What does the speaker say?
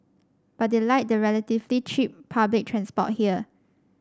but they like the relatively cheap public transport here